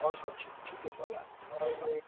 अरू सब्जीहरू के के छ होला